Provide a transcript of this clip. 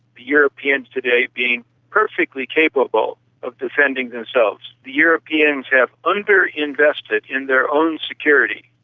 europeans today being perfectly capable of defending themselves. the europeans have underinvested in their own security,